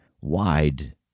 wide